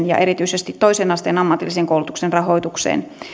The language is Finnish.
ja erityisesti toisen asteen ammatillisen koulutuksen rahoitukseen